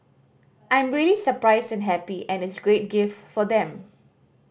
I'm really surprised and happy and it's a great gift for them